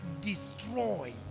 destroy